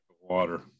water